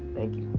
thank you.